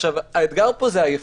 האתגר פה הוא העייפות.